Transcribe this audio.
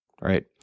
right